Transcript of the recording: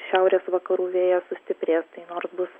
šiaurės vakarų vėjas sustiprės nors bus